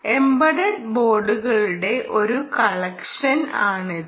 embedded ബോർഡുകളുടെ ഒരു collection ആണിത്